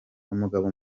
umugabo